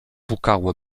pukało